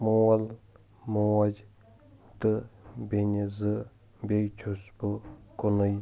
مول موج تہٕ بیٚنہِ زٕ بیٚیہِ چھُس بہٕ کُنُے